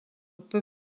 peu